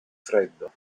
freddo